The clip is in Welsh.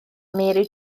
mary